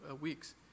weeks